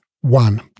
One